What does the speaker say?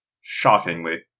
Shockingly